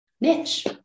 niche